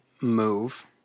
move